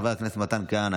חבר הכנסת מתן כהנא,